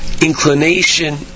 inclination